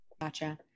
Gotcha